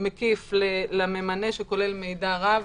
מקיף לממנה, שכולל מידע רב.